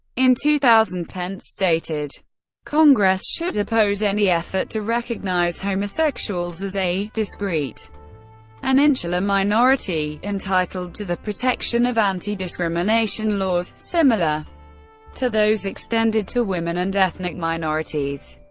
in two thousand, pence stated congress should oppose any effort to recognize homosexuals as a discrete and insular minority entitled to the protection of anti-discrimination laws similar to those extended to women and ethnic minorities.